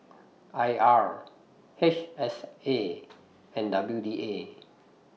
I R H S A and W D A